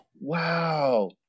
Wow